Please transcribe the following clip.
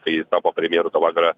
kai jis tapo premjeru tą vakarą